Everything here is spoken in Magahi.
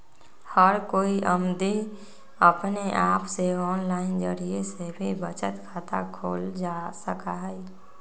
हर कोई अमदी अपने आप से आनलाइन जरिये से भी बचत खाता खोल सका हई